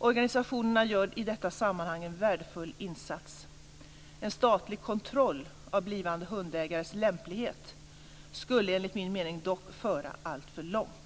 Organisationerna gör i detta sammanhang en värdefull insats. En statlig kontroll av blivande hundägares lämplighet skulle, enligt min mening, dock föra alltför långt.